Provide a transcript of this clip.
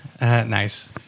nice